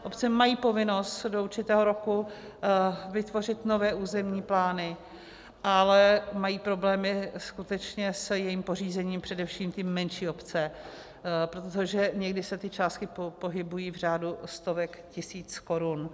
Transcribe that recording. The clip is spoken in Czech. Obce mají povinnost do určitého roku vytvořit nové územní plány, ale mají problémy skutečně s jejich pořízením především ty menší obce, protože někdy se ty částky pohybují v řádu stovek tisíc korun.